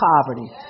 poverty